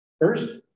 first